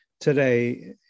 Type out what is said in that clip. today